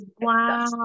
Wow